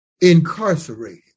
incarcerated